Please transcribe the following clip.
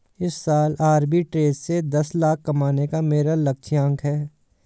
इस साल आरबी ट्रेज़ से दस लाख कमाने का मेरा लक्ष्यांक है